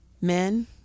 Men